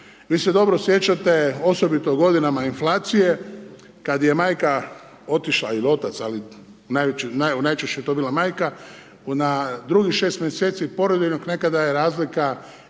Vi se dobro sjećate, osobito u godinama inflacije, kad je majka otišla, ili otac, ali najčešće je to bila majka, na drugih 6 mjeseci porodiljnog, nekada je razlika